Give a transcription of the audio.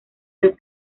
del